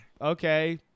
Okay